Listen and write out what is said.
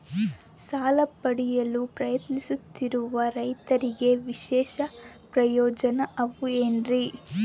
ಸಾಲ ಪಡೆಯಲು ಪ್ರಯತ್ನಿಸುತ್ತಿರುವ ರೈತರಿಗೆ ವಿಶೇಷ ಪ್ರಯೋಜನ ಅವ ಏನ್ರಿ?